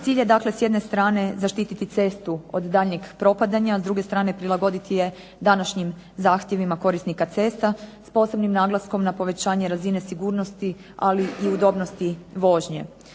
Cilj je dakle s jedne strane zaštititi cestu od daljnjeg propadanja, a s druge strane prilagoditi je današnjim zahtjevima korisnika cesta s posebnim naglaskom na povećanje razine sigurnosti ali i udobnosti vožnje.